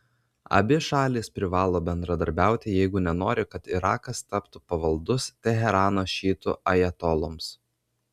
abi šalys privalo bendradarbiauti jeigu nenori kad irakas taptų pavaldus teherano šiitų ajatoloms